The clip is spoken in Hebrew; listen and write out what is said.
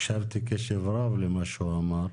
הקשבתי קשב רב למה שהוא אמר,